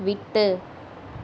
விட்டு